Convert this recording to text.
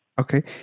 Okay